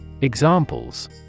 Examples